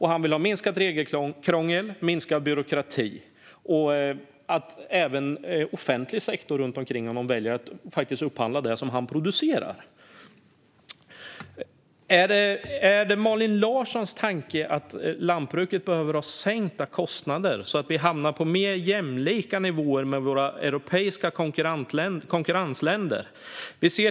Han vill ha minskat regelkrångel och minskad byråkrati. Han vill även veta att offentlig sektor runt omkring väljer att upphandla det han producerar. Tycker Malin Larsson att lantbruket behöver sänkta kostnader så att vi hamnar på mer jämlika nivåer med våra europeiska konkurrentländer?